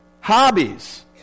Hobbies